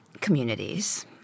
communities